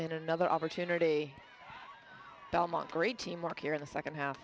and another opportunity belmont great teamwork here in the second half